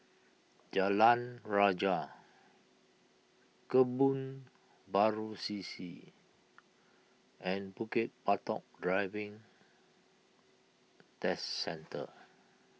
Jalan Rajah Kebun Baru C C and Bukit Batok Driving Test Centre